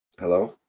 hello.